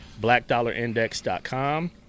Blackdollarindex.com